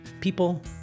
people